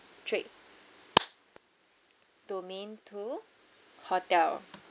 three domain two hotel